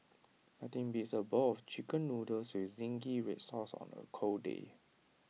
nothing beats A bowl of Chicken Noodles with Zingy Red Sauce on A cold day